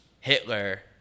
Hitler